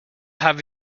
have